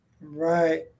Right